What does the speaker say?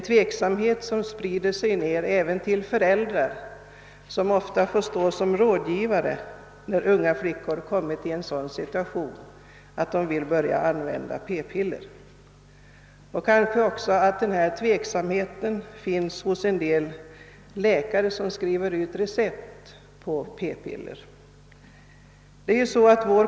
Tveksamheten har även spritt sig till föräldrar, som ofta får vara rådgivare när unga flickor kommit i en sådan situation att de vill börja använda p-piller. En del läkare som skriver ut recept på p-piller är kanske också tveksamma.